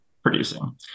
producing